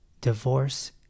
Divorce